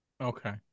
okay